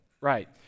Right